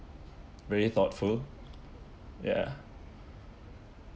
very thoughtful ya